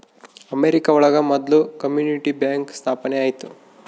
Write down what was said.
America ಒಳಗ ಮೊದ್ಲು community bank ಸ್ಥಾಪನೆ ಆಯ್ತು